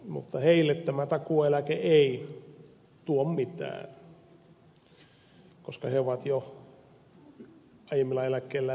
mutta heille tämä takuueläke ei tuo mitään koska he ovat jo aiemmilla eläkkeillään yltäneet siihen